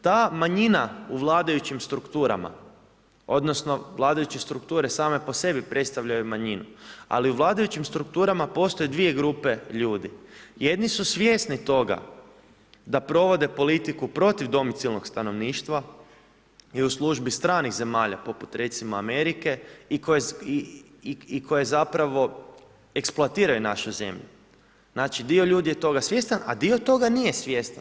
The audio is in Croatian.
Ta manjina u vladajućim strukturama, odnosno, vladajuće strukture same po sebi predstavljaju manjine, ali u vladajućim strukturama postoje 2 grupe ljudi, jedni su svjesni toga da provode politiku protiv domicilnog stanovništva i u službi stranih zemalja, poput recimo Amerike i koje zapravo eksploatiraju našu zemlju, znači dio ljudi je toga svjestan a dio toga nije svjestan.